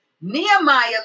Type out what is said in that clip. Nehemiah